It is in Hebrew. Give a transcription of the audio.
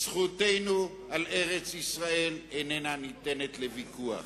זכותנו על ארץ-ישראל איננה ניתנת לוויכוח.